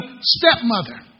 stepmother